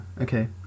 Okay